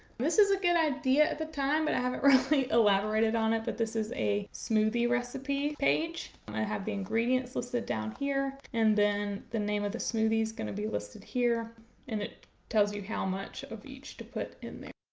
this was a good idea at the time, but i haven't really elaborated on it but this is a smoothie recipe page. i have the ingredients listed down here, and then the name of the smoothie is gonna be listed here and it tells you how much of each to put in there.